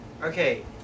Okay